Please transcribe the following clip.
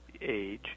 age